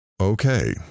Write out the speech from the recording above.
Okay